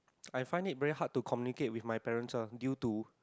I find it very hard to communicate with my parents ah due to